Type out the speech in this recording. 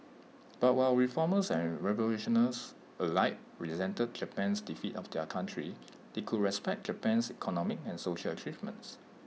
but while reformers and revolutionaries alike resented Japan's defeat of their country they could respect Japan's economic and social achievements